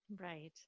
Right